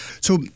So-